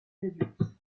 réduite